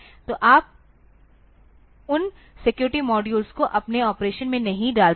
तो आप उन सिक्योरिटी मॉड्यूल को अपने ऑपरेशन में नहीं डालते हैं